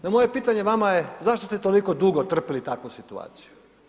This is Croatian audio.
No, moje pitanje vama je zašto ste toliko dugo trpili takvu situaciju.